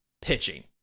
pitching